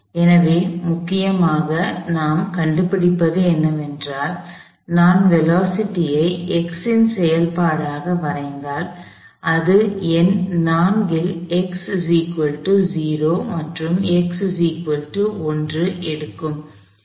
எனவே முக்கியமாக நாம் கண்டுபிடிப்பது என்னவென்றால் நான் வேலோஸிட்டி ஐ x ன் செயல்பாடாக வரைந்தால் அது எண் 4 இல் மற்றும் எடுக்கும்